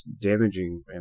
damaging